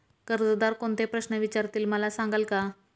कर्जदार कोणते प्रश्न विचारतील, मला सांगाल का?